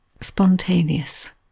spontaneous